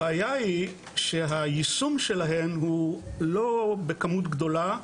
הבעיה היא שהיישום שלהן הוא לא בכמות גדולה,